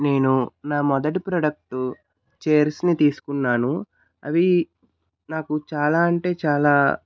నేను నా మొదటి ప్రోడక్ట్ చైర్స్ ని తీసుకున్నాను అవి నాకు చాలా అంటే చాలా